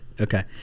okay